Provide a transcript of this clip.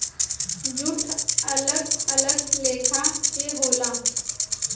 jute अलग अलग लेखा के होला